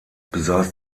besaß